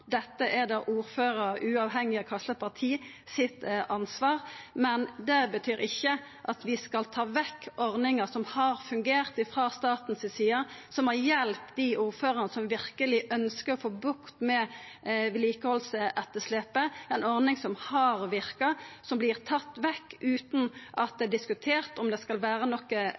Dette er ansvaret til ordføraren, uavhengig av kva slags parti. Men det betyr ikkje at vi skal ta vekk ordningar som har fungert, frå statens side, som har hjelpt dei ordførarane som verkeleg ønskjer å få bukt med vedlikehaldsetterslepet – ei ordning som har verka, som vert tatt vekk utan at det er diskutert om det skal vera noko